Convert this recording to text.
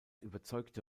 überzeugte